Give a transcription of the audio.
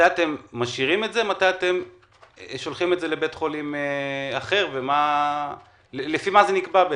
מתי אתם שולחים לבית חולים אחר, ולפי מה זה נקבע?